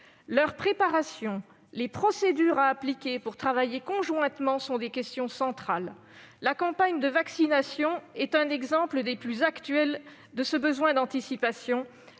Leur préparation, les procédures à appliquer pour travailler conjointement sont des questions centrales. La campagne de vaccination est un exemple très actuel de ce besoin d'anticipation.